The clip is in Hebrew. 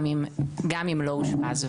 גם אם לא אושפז.